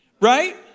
Right